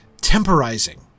temporizing